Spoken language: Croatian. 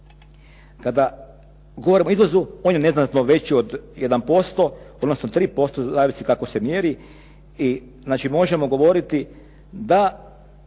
Kada govorimo o izvozu on je neznatno veći od 1%, odnosno 3% zavisi kakao se mjeri. I znači možemo govoriti da